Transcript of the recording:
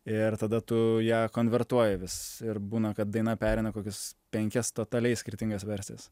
ir tada tu ją konvertuoji vis ir būna kad daina pereina kokias penkias totaliai skirtingas versijas